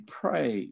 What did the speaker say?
pray